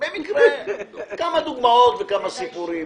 כמה דוגמאות וכמה סיפורים,